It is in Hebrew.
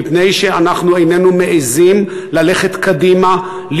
מפני שאנחנו איננו מעזים ללכת קדימה,